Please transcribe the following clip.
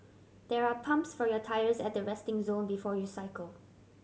there are pumps for your tyres at the resting zone before you cycle